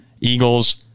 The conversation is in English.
Eagles